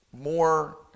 more